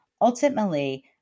Ultimately